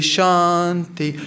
Shanti